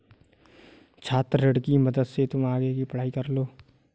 छात्र ऋण की मदद से तुम आगे की पढ़ाई कर लो